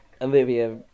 Olivia